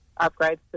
upgrades